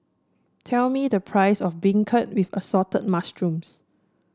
tell me the price of beancurd with Assorted Mushrooms